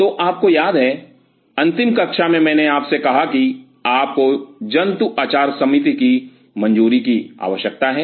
तो आपको याद है अंतिम कक्षा में मैंने आपसे कहा कि आपको जंतु आचार समिति की मंजूरी की आवश्यकता है